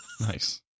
Nice